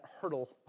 hurdle